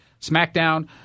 SmackDown